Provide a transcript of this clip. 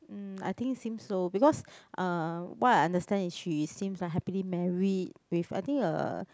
um I think seems so because uh what I understand is she seems like happily married with I think a